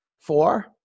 Four